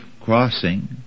crossing